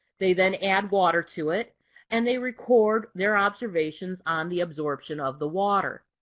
they then add water to it and they record their observations on the absorption of the water.